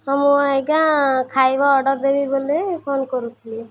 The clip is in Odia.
ହଁ ମୁଁ ଆଜ୍ଞା ଖାଇବା ଅର୍ଡ଼ର୍ ଦେବି ବୋଲି ଫୋନ କରୁଥିଲି